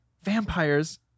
vampires